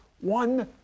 One